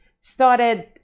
Started